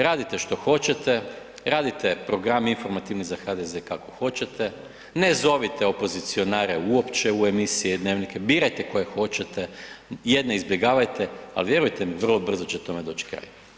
Radite što hoćete, radite program informativni za HDZ kako hoćete, ne zovite opozicionare uopće u emisije i dnevnike, birajte koje hoćete, jedne izbjegavajte, al vjerujte mi vrlo brzo će tome doći kraj.